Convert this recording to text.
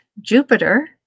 jupiter